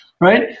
right